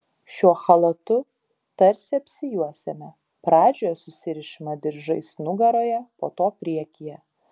šiuo chalatu tarsi apsijuosiame pradžioje susirišame diržais nugaroje po to priekyje